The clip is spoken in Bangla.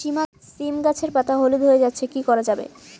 সীম গাছের পাতা হলুদ হয়ে যাচ্ছে কি করা যাবে?